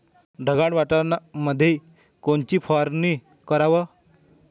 ढगाळ वातावरणामंदी कोनची फवारनी कराव?